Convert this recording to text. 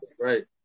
Right